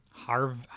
harv